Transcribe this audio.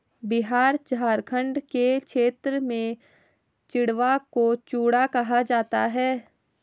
बिहार झारखंड के क्षेत्र में चिड़वा को चूड़ा कहा जाता है